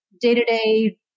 day-to-day